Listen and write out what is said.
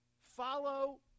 follow